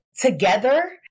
together